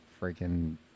freaking